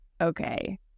okay